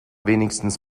wenigstens